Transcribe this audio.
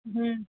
ہوں